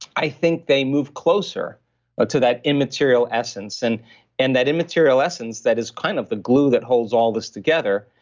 i think they move closer but to that immaterial essence and in and that immaterial essence that is kind of the glue that holds all this together.